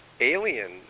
alien